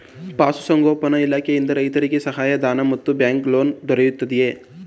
ಪಶು ಸಂಗೋಪನಾ ಇಲಾಖೆಯಿಂದ ರೈತರಿಗೆ ಸಹಾಯ ಧನ ಮತ್ತು ಬ್ಯಾಂಕ್ ಲೋನ್ ದೊರೆಯುತ್ತಿದೆಯೇ?